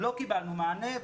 לא קיבלנו מענה,